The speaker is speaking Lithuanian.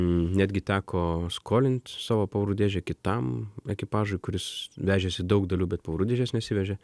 netgi teko skolint savo pavarų dėžę kitam ekipažui kuris vežėsi daug dalių bet pavarų dėžės nesivežė